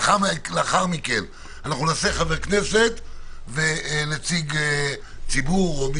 לאחר מכן נעשה חבר כנסת ונציג ציבור.